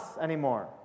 anymore